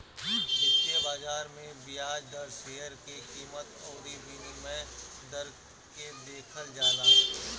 वित्तीय बाजार में बियाज दर, शेयर के कीमत अउरी विनिमय दर के देखल जाला